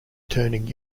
turning